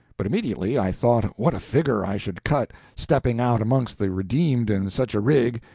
but immediately i thought what a figure i should cut stepping out amongst the redeemed in such a rig,